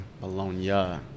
Bologna